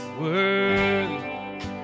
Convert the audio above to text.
Worthy